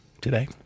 today